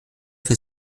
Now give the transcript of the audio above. für